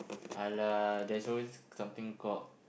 !alah! there's always something called